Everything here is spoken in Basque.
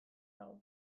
dago